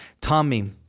Tommy